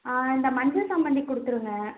ஆ இந்த மஞ்ச சாமந்தி கொடுத்துருங்க